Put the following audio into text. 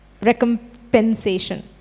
recompensation